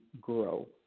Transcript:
grow